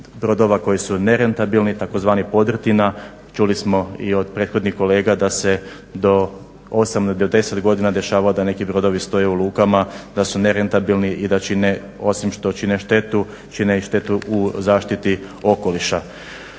brodova koji su nerentabilni, tzv. podrtina, čuli smo i od prethodnih kolega da se do 8 od 10 godina dešava da neki brodovi stoje u lukama, da su nerentabilni i da čine, osim što čine štetu čine i štetu u zaštiti okoliša.